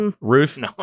Ruth